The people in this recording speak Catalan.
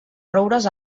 roures